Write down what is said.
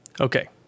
Okay